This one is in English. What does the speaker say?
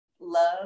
love